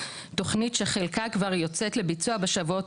תכנית שחלקה כבר יוצאת לביצוע בשבועות